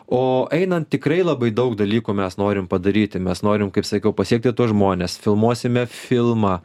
o einant tikrai labai daug dalykų mes norim padaryti mes norim kaip sakiau pasiekti tuos žmones filmuosime filmą